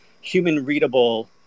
human-readable